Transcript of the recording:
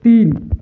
तीन